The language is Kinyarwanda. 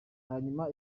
hanyuma